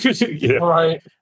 Right